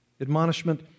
Admonishment